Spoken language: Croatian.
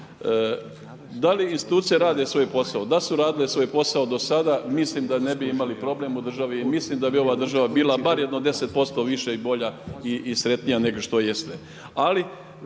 Da li institucije rade svoj posao? Da su radile svoj posao do sada, mislim da ne bi imali problem u držati i mislim da bi ova država bila bar jedno 10% više i bolja i sretnija nego što jeste.